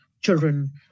children